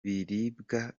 biribwa